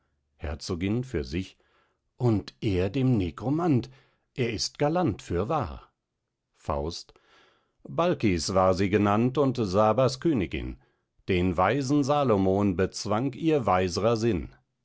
herzogin für sich und er dem negromant er ist galant fürwahr faust balkis war sie genannt und sabas königin den weisen salomon bezwang ihr weisrer sinn